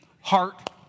heart